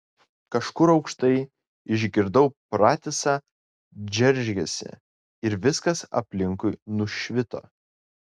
kažkur aukštai išgirdau pratisą džeržgesį ir viskas aplinkui nušvito